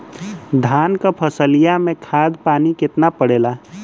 धान क फसलिया मे खाद पानी कितना पड़े ला?